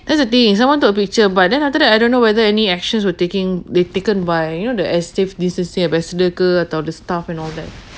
that's the thing someone took a picture but then after that I don't know whether any actions were taking they taken by you know the es~ safe distancing ambassador atau the staff and all that